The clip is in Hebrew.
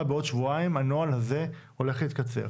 בעוד שבועיים הנוהל הזה הולך להתקצר.